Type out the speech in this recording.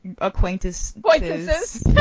acquaintances